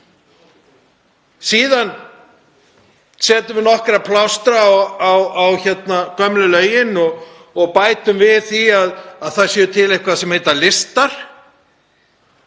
Síðan settum við nokkra plástra á gömlu lögin og bættum því við að til væri eitthvað sem heitir listar